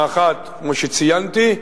האחד, כמו שציינתי,